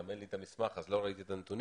גם אין לי את המסמך ולא ראיתי את הנתונים.